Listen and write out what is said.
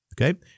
Okay